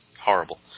Horrible